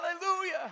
Hallelujah